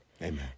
Amen